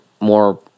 more